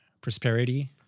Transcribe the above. prosperity